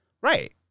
right